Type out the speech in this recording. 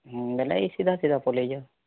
ବୋଲେ ଏଇ ସିଧା ସିଧା ପଳେଇ ଯାଅ